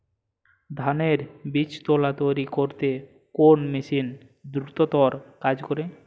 ধানের বীজতলা তৈরি করতে কোন মেশিন দ্রুততর কাজ করে?